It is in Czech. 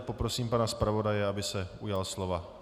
Poprosím tedy pana zpravodaje, aby se ujal slova.